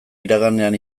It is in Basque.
iraganean